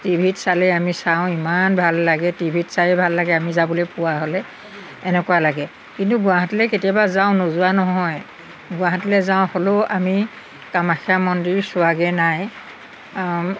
টিভিত চালে আমি চাওঁ ইমান ভাল লাগে টিভিত চাই ভাল লাগে আমি যাবলৈ পোৱা হ'লে এনেকুৱা লাগে কিন্তু গুৱাহাটীলৈ কেতিয়াবা যাওঁ নোযোৱা নহয় গুৱাহাটীলৈ যাওঁ হ'লেও আমি কামাখ্যা মন্দিৰ চোৱাগৈ নাই